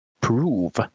prove